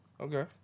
Okay